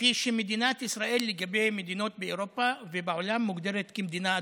כפי שמדינת ישראל לגבי מדינות באירופה ובעולם מוגדרת כמדינה אדומה.